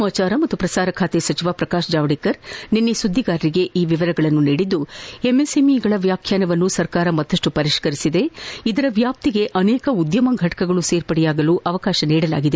ಸಮಾಚಾರ ಮತ್ತು ಪ್ರಸಾರ ಖಾತೆ ಸಚಿವ ಪ್ರಕಾಶ್ ಜಾವಡೇಕರ್ ನಿನ್ನೆ ಸುದ್ದಿಗಾರರಿಗೆ ವಿವರ ನೀಡಿ ಎಂಎಸ್ಎಂಇಗಳ ವ್ಲಾಖ್ಯಾನವನ್ನು ಸರ್ಕಾರ ಮತ್ತಪ್ಪು ಪರಿಷ್ಠಿಸಿದ್ದು ಇದರ ವ್ಲಾಪ್ತಿಗೆ ಅನೇಕ ಉದ್ದಮ ಘಟಕಗಳು ಸೇರ್ಪಡೆಯಾಗಲು ಅವಕಾಶ ನೀಡಿದೆ